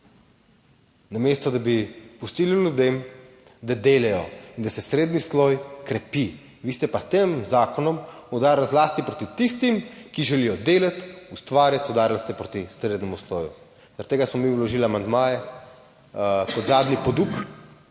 Namesto, da bi pustili ljudem, da delajo in da se srednji sloj krepi, vi ste pa s tem zakonom udarili zlasti proti tistim, ki želijo delati, ustvarjati, udarili ste proti srednjemu sloju. Zaradi tega smo mi vložili amandmaje, kot zadnji poduk,